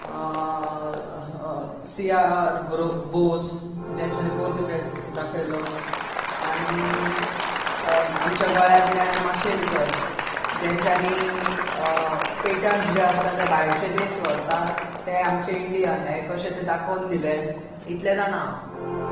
सियार ब्रो बोस जांच्यानी बोस इफेक्ट दाखयल्लो आणी आमच्या गोंयातल्यान माशेलकर जेंच्यानी पेटंटन्स जे आसतात ते भायरचे देश व्हरतात ते आमचे इंडियान हे कशें तें दाखोवन दिलें इतलें जाणां हांव